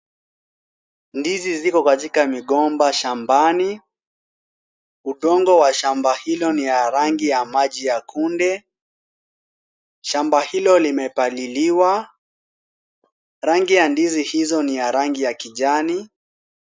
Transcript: Ndizi ziko katika migomba shambani. Udongo wa shamba hilo ni ya rangi ya maji ya kunde. Shamba hilo limepaliliwa. Rangi ya ndizi hizo ni ya rangi ya kijani.